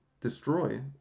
destroy